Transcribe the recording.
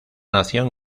nación